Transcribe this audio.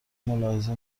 ملاحظه